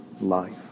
life